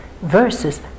verses